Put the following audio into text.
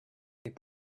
c’est